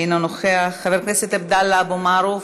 אינו נוכח, חבר הכנסת עבדאללה אבו מערוף,